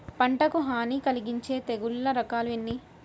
పంటకు హాని కలిగించే తెగుళ్ళ రకాలు ఎన్ని?